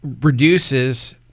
reduces